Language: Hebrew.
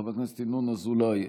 חבר הכנסת ינון אזולאי,